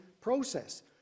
process